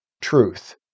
truth